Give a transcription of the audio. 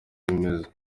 bimeze